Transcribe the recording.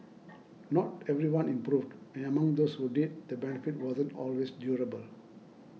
not everyone improved and among those who did the benefit wasn't always durable